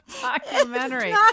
documentary